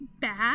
bad